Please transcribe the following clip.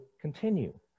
continue